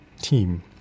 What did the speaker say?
team